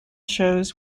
shows